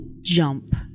jump